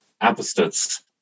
apostates